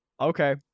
okay